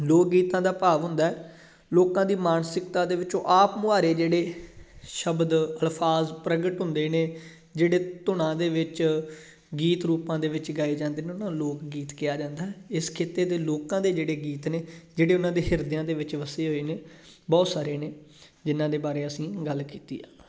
ਲੋਕ ਗੀਤਾਂ ਦਾ ਭਾਵ ਹੁੰਦਾ ਲੋਕਾਂ ਦੀ ਮਾਨਸਿਕਤਾ ਦੇ ਵਿੱਚੋਂ ਆਪ ਮੁਹਾਰੇ ਜਿਹੜੇ ਸ਼ਬਦ ਅਲਫਾਜ਼ ਪ੍ਰਗਟ ਹੁੰਦੇ ਨੇ ਜਿਹੜੇ ਧੁਨਾਂ ਦੇ ਵਿੱਚ ਗੀਤ ਰੂਪਾਂ ਦੇ ਵਿੱਚ ਗਾਏ ਜਾਂਦੇ ਨੇ ਉਹਨਾਂ ਨੂੰ ਲੋਕ ਗੀਤ ਕਿਹਾ ਜਾਂਦਾ ਇਸ ਖਿੱਤੇ ਦੇ ਲੋਕਾਂ ਦੇ ਜਿਹੜੇ ਗੀਤ ਨੇ ਜਿਹੜੇ ਉਹਨਾਂ ਦੇ ਹਿਰਦਿਆਂ ਦੇ ਵਿੱਚ ਵਸੇ ਹੋਏ ਨੇ ਬਹੁਤ ਸਾਰੇ ਨੇ ਜਿਨ੍ਹਾਂ ਦੇ ਬਾਰੇ ਅਸੀਂ ਗੱਲ ਕੀਤੀ ਆ